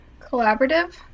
collaborative